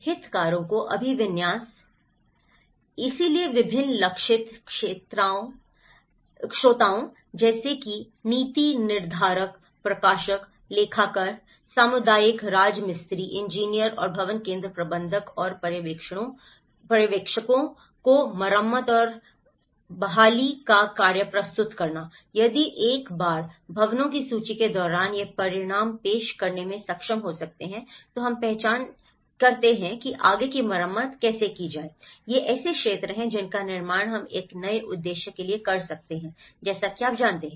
हितधारकों का अभिविन्यास इसलिए विभिन्न लक्षित श्रोताओं जैसे कि नीति निर्धारक प्रशासक लेखाकार सामुदायिक राजमिस्त्री इंजीनियर और भवन केंद्र प्रबंधक और पर्यवेक्षकों को मरम्मत और वसूली का कार्य प्रस्तुत करना यदि एक बार भवनों की सूची के दौरान ये परिणाम पेश करने में सक्षम हो सकते हैं तो हम पहचान की है कि आगे की मरम्मत की जा सकती है ये ऐसे क्षेत्र हैं जिनका निर्माण हम एक नए उद्देश्य के लिए कर सकते हैं आप जानते हैं